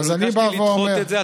לא ביקשתי לדחות את זה.